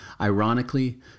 Ironically